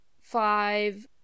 five